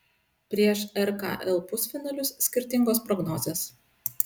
prieš rkl pusfinalius skirtingos prognozės